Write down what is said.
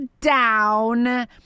down